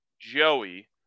Joey